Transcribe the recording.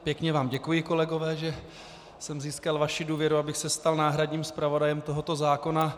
Pěkně vám děkuji, kolegové, že jsem získal vaši důvěru, abych se stal náhradním zpravodajem tohoto zákona.